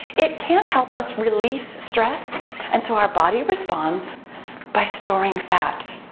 it can't help us release stress and so our body responds by storing fat.